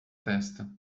testa